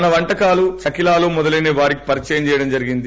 మన వంటకాలు షకిలాలు మొదలైనవి వారికి పరిచయం చేయడం జరిగింది